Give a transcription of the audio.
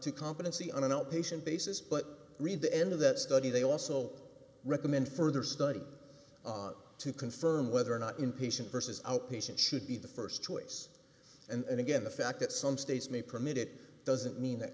to competency on an outpatient basis but read the end of that study they also recommend further study to confirm whether or not inpatient versus outpatient should be the st choice and again the fact that some states may permit it doesn't mean that